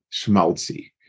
schmaltzy